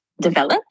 develop